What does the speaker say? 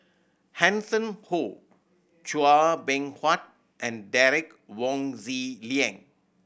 Hanson Ho Chua Beng Huat and Derek Wong Zi Liang